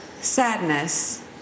sadness